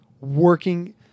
working